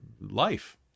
life